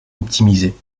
optimisés